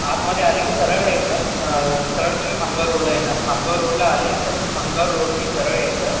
आतमध्ये आले की सरळ यायचं सरळ तुम्ही खामगाव रोडला येणार खामगाव रोडला आले तर खामगाव रोडने सरळ यायचं